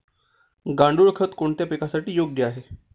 गांडूळ खत कोणत्या पिकासाठी योग्य आहे?